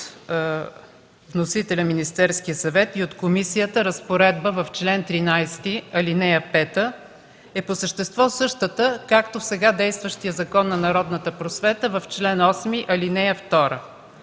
вносителя – Министерският съвет, и от комисията, разпоредба в чл. 13, ал. 5, е по същество същата както в сега действащият Закон за народната просвета в чл. 8, ал. 2.